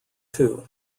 too